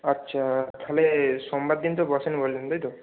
আচ্ছা তাহলে সোমবার দিন তো বসেন বলছেন তাই তো